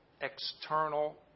external